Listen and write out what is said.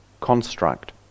construct